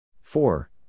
four